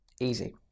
Easy